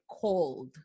cold